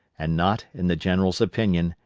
and not, in the general's opinion,